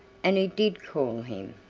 and he did call him.